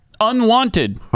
unwanted